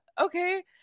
okay